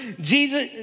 Jesus